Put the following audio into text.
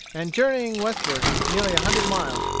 and journeying westward nearly a hundred miles,